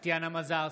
טטיאנה מזרסקי,